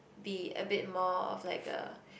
be a bit more of like a